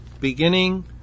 beginning